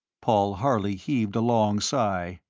paul harley heaved a long sigh.